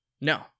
No